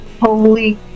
Holy